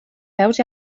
peus